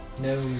No